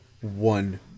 one